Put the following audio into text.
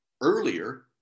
earlier